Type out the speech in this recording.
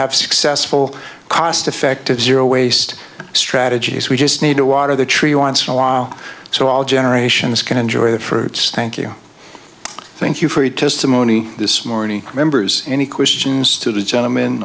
have successful cost effective zero waste strategies we just need to water the tree once in a while so all generations can enjoy the fruits thank you thank you for your testimony this morning members any questions to the gentlemen